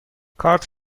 کارت